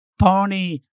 pony